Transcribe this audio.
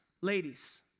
ladies